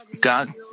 God